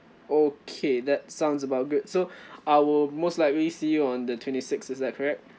okay that sounds about good so I'll most likely see you on the twenty six is that correct